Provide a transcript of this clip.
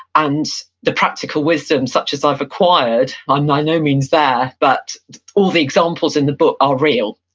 and the practical wisdom such as i've acquired, i'm by no means there, but all the examples in the book are real.